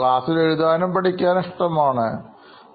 ക്ലാസ്സിൽ എഴുതാനും പഠിക്കാനും ഇഷ്ടമാണ് ആണ്